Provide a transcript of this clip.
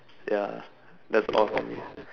ya that's all for me